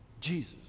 Jesus